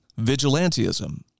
vigilantism